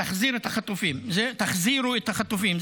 תחזיר את החטופים, תחזירו את החטופים.